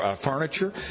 furniture